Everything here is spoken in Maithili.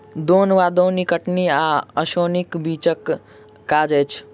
दौन वा दौनी कटनी आ ओसौनीक बीचक काज अछि